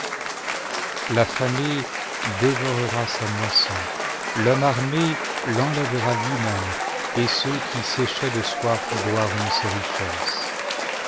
l'affamé dévorera sa moisson l'homme armé l'enlèvera lui-même et ceux qui séchaient de soif boiront ses richesses